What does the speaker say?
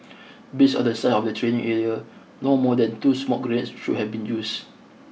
based on the size of the training area no more than two smoke grenades should have been used